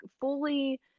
fully